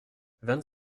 vingt